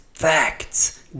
Facts